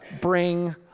bring